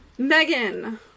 Megan